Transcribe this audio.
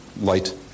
light